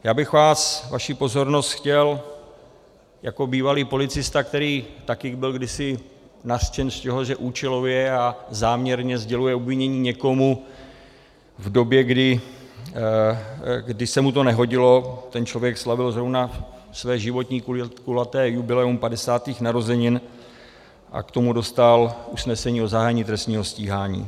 Já bych vás, vaši pozornost chtěl jako bývalý policista, který také byl kdysi nařčen z toho, že účelově a záměrně sděluje obvinění někomu v době, kdy se mu to nehodilo, ten člověk slavil zrovna své životní kulaté jubileum padesátých narozenin a k tomu dostal usnesení o zahájení trestního stíhání.